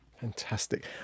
Fantastic